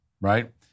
right